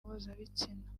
mpuzabitsina